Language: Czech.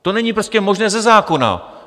To není prostě možné ze zákona.